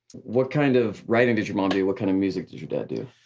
what kind of writing did your mom do, what kind of music did your dad do?